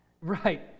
Right